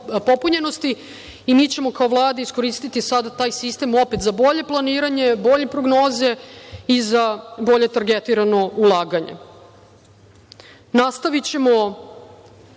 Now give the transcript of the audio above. i mi ćemo kao Vlada iskoristiti sada taj sistem opet za bolje planiranje, bolje prognoze i za bolje targetirano ulaganje. Nastavićemo